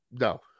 No